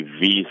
visa